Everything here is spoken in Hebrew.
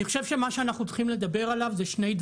אני חושב שהדיון צריך לחזור לנושא של סניפים